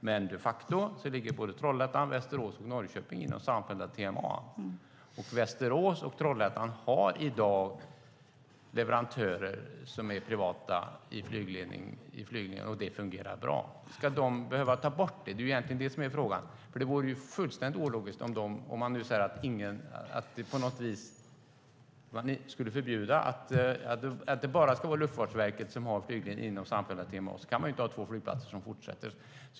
De facto ligger dock både Trollhättan, Västerås och Norrköping inom samfällda TMA:n. Västerås och Trollhättan har i dag privata leverantörer i flygledningen, och det fungerar bra. Ska de behöva ta bort det? Det är egentligen det som är frågan, för det vore ju fullständigt ologiskt om det bara ska vara Luftfartsverket som har flygledning inom samfällda TMA. Då kan man inte ha två flygplatser som fortsätter.